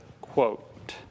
quote